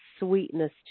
sweetness